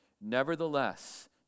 Nevertheless